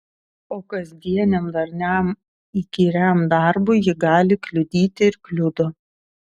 o kasdieniam darniam įkyriam darbui ji gali kliudyti ir kliudo